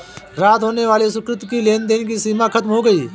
रात होने पर सुकृति की लेन देन की सीमा खत्म हो गई